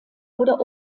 oder